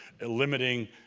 limiting